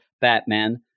Batman